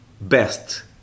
best